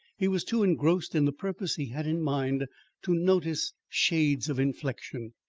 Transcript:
he was too engrossed in the purpose he had in mind to notice shades of inflection.